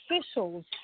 officials